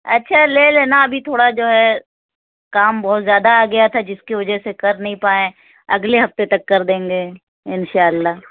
اچھا لے لینا ابھی تھوڑا جو ہے کام بہت زیادہ آگیا تھا جس کی وجہ سے کر نہیں پائے اگلے ہفتے تک کر دیں گے اِنشاء اللہ